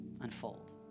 unfold